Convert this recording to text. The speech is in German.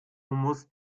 musst